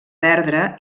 perdre